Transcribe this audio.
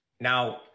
now